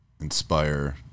inspire